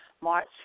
March